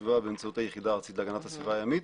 הסביבה באמצעות היחידה הארצית להגנת הסביבה הימית,